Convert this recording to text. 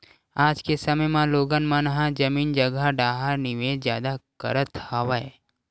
आज के समे म लोगन मन ह जमीन जघा डाहर निवेस जादा करत हवय